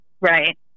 Right